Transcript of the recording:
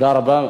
תודה רבה.